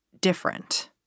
different